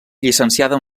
llicenciada